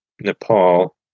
Nepal